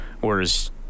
Whereas